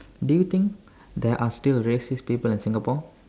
do you think there are still racist people in Singapore